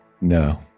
No